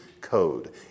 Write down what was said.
code